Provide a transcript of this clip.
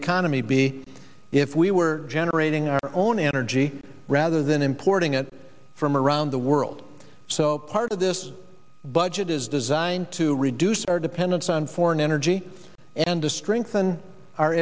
economy be if we were generating our own energy rather than importing it from around the world so part of this budget is designed to reduce our dependence on foreign energy and to strengthen our